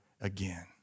again